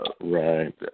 right